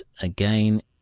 again